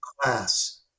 class